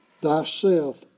thyself